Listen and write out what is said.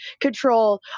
control